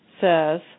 says